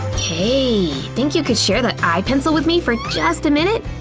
hey! think you could share that eye pencil with me for just a minute?